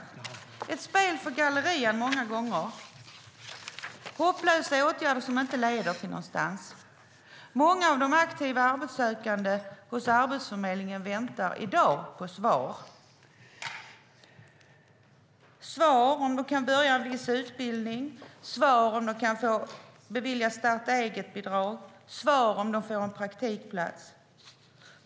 Det är många gånger ett spel för gallerierna. Det är hopplösa åtgärder som inte leder till något. Många av de aktiva arbetssökande hos Arbetsförmedlingen väntar i dag på svar på om de får börja en viss utbildning, om de beviljas starta-eget-bidrag eller om de får en praktikplats.